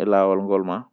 e sooyte nde.